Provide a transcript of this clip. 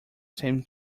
same